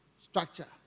structure